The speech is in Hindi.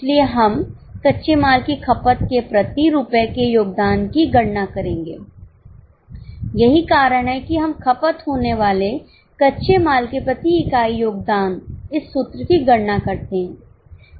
इसलिए हम कच्चे माल की खपत के प्रति रुपए के योगदान की गणना करेंगे यही कारण है कि हम खपत होने वाले कच्चे माल की प्रति इकाई योगदान इस सूत्र की गणना करते हैं